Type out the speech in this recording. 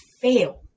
fail